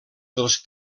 dels